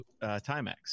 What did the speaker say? timex